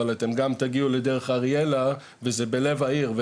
אבל אתם גם תגיעו לשם וזה בלב העיר.